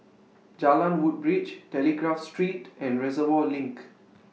Jalan Woodbridge Telegraph Street and Reservoir LINK